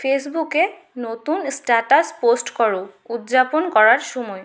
ফেসবুকে নতুন status post করো উদযাপন করার সময়